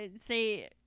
say